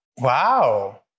Wow